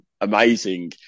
Amazing